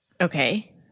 Okay